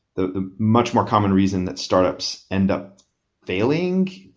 the much more common reason that startups end up failing,